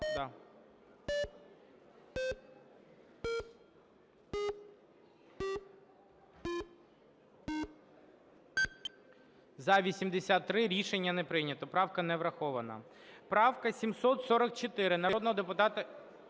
За-83 Рішення не прийнято. Правка не врахована. Правка 744, народного депутата...